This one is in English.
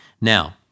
Now